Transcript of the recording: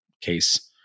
case